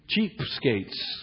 Cheapskates